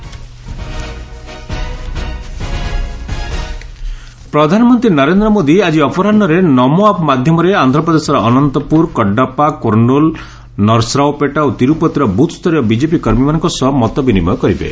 PM interaction ପ୍ରଧାନମନ୍ତ୍ରୀ ନରେନ୍ଦ୍ର ମୋଦି ଆକି ଅପରାହ୍ରରେ 'ନମୋ ଆପ୍' ମାଧ୍ୟମରେ ଆନ୍ଧ୍ରପ୍ରଦେଶର ଅନନ୍ତପୁର କଡାପ୍ସା କୁର୍ନୁଲ୍ ନରସରାଓପେଟା ଓ ତିରୁପତିର ବୁଥ୍ୟରୀୟ ବିଜେପି କର୍ମୀମାନଙ୍କ ସହ ମତ ବିନିମୟ କରିବେ